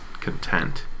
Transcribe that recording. content